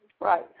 right